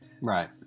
right